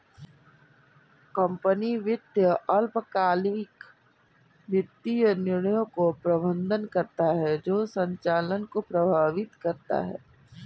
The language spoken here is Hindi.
कंपनी वित्त अल्पकालिक वित्तीय निर्णयों का प्रबंधन करता है जो संचालन को प्रभावित करता है